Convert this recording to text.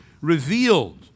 revealed